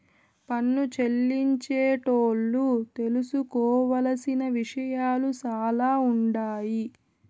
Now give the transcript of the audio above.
పన్ను చెల్లించేటోళ్లు తెలుసుకోవలసిన విషయాలు సాలా ఉండాయి